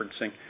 referencing